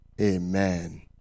Amen